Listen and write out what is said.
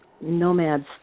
nomads